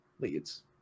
leads